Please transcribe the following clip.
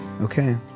Okay